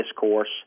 discourse